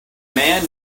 man